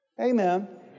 Amen